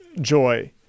joy